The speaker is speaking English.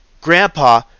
grandpa